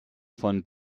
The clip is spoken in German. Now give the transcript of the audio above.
von